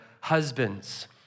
husbands